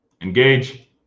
engage